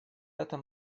этом